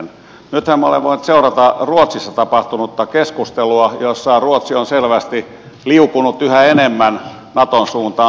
nythän me olemme voineet seurata ruotsissa tapahtunutta keskustelua jossa ruotsi on selvästi liukunut yhä enemmän naton suuntaan